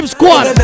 Squad